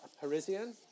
Parisian